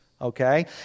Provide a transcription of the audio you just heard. okay